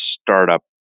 startup